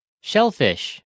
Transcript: Shellfish